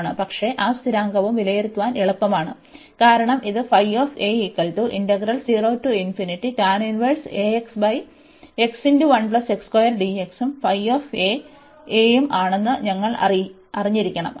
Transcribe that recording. പക്ഷേ ആ സ്ഥിരാങ്കവും വിലയിരുത്താൻ എളുപ്പമാണ് കാരണം ഇത് ഉം ഉം ആണെന്ന് ഞങ്ങൾ അറിഞ്ഞിരിക്കണം അതിനാൽ മൂല്യം